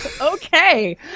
Okay